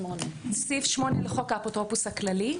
לחוק האפוטרופוס הכללי.